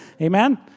Amen